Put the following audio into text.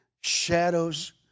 shadows